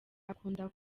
akunda